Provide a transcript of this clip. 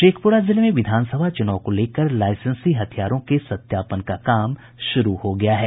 शेखपुरा जिले में विधानसभा चुनाव को लेकर लाईसेंसी हथियारों के सत्यापन का काम शुरू हो गया है